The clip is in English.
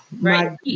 Right